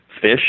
fish